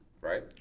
Right